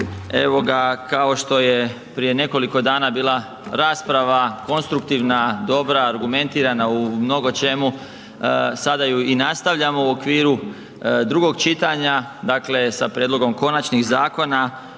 Kao što je prije nekoliko dana bila rasprava konstruktivna, dobra, argumentirana u mnogo čemu sada ju i nastavljamo u okviru drugog čitanja sa prijedlogom konačnih zakona,